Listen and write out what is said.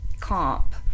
comp